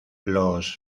los